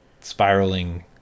spiraling